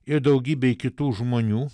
ir daugybei kitų žmonių